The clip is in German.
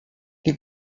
die